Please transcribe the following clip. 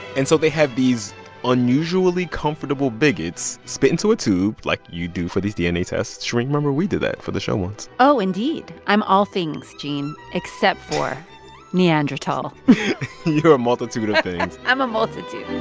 and so they have these unusually comfortable bigots spit into a tube like you do for these dna tests. shereen, remember, we did that for the show once oh, indeed. i'm all things, gene, except for neanderthal you're a multitude of things i'm a multitude